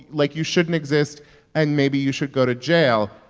like, you shouldn't exist and maybe you should go to jail.